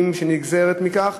לגבי יום הגשת המועמדים שנגזרת מכך.